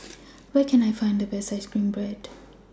Where Can I Find The Best Ice Cream Bread